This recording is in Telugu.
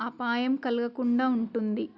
అపాయం కలగకుండా ఉంటుంది